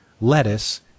lettuce